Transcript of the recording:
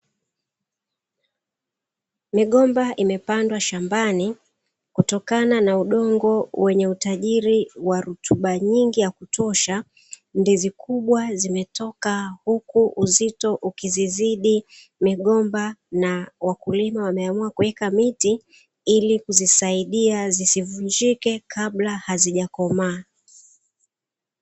Migomba imepandwa shambani, kutokana na udongo wenye utajiri wa rutuba nyingi ya kutosha; ndizi kubwa zimetoka huku uzito ukizizidi migomba na wakulima wameamua kuweka miti, ili kuzisaidia zisivunjike kabla hazijakomaa.